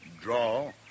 draw